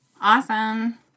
awesome